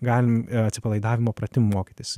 galim atsipalaidavimo pratimų mokytis